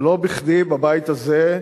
ולא בכדי בבית הזה,